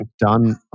done